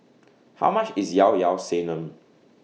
How much IS Yao Yao Sanum